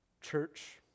Church